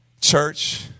Church